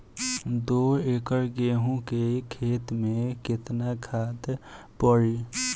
दो एकड़ गेहूँ के खेत मे केतना खाद पड़ी?